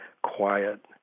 quiet